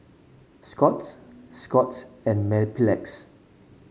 Scott's Scott's and Mepilex